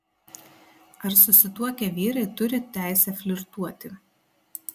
ar susituokę vyrai turi teisę flirtuoti